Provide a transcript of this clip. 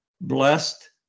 blessed